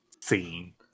scene